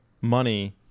money